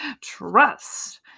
trust